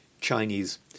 Chinese